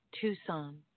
Tucson